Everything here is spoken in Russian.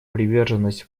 приверженность